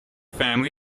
family